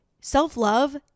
Self-love